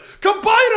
Combine